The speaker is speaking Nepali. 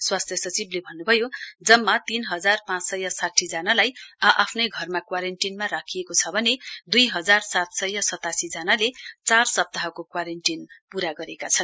स्वास्थ्य सचिवले भन्नुभयो जम्मा तीन हजार पाँच सय साठी जनालाई आ आफ्नै घरमा क्वारेण्टीनमा राखिएको छ भने दुई हजार सात सय सतासी जनाले चार सप्ताहको क्वारेण्टीन पूरा गरेका छन्